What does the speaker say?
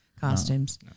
costumes